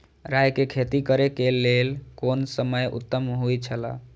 राय के खेती करे के लेल कोन समय उत्तम हुए छला?